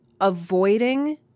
avoiding